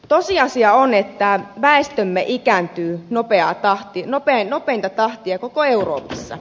tosiasia on että väestömme ikääntyy nopeinta tahtia koko euroopassa